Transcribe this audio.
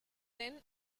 then